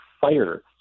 fire